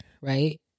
Right